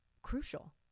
crucial